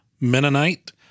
Mennonite